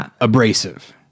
abrasive